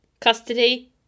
custody